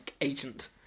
agent